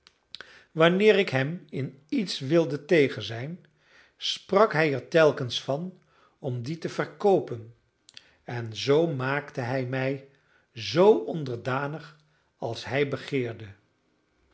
wanneer ik hem in iets wilde tegen zijn sprak hij er telkens van om die te verkoopen en zoo maakte hij mij zoo onderdanig als hij begeerde